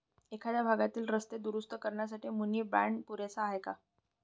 एखाद्या भागातील रस्ते दुरुस्त करण्यासाठी मुनी बाँड पुरेसा आहे का?